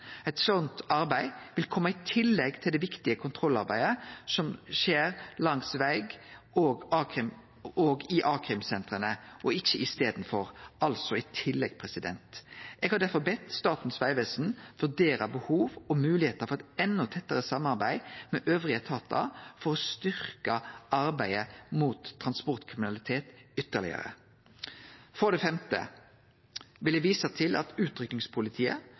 Eit slikt arbeid vil kome i tillegg til det viktige kontrollarbeidet som skjer langs veg og i a-krimsentera, og ikkje i staden for. Eg har derfor bedt Statens vegvesen vurdere behovet og moglegheiter for eit enda tettare samarbeid med andre etatar for å styrkje arbeidet mot transportkriminalitet ytterlegare. For det femte: Eg vil vise til at utrykkingspolitiet,